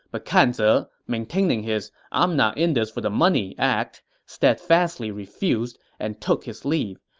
but kan ze, maintaining his i'm not in this for the money act, steadfastly refused and took his leave.